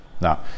Now